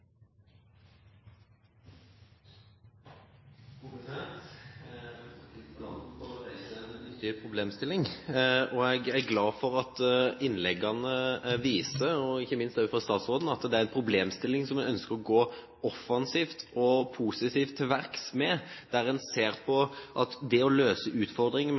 nyttig problemstilling, og jeg er glad for at innleggene – og ikke minst fra statsråden – viser at det er en problemstilling der en ønsker å gå offensivt og positivt til verks, der en ser på det å løse utfordringer med